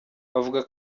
bavuga